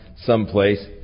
someplace